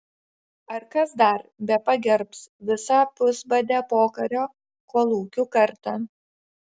ar kas dar bepagerbs visą pusbadę pokario kolūkių kartą